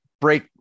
break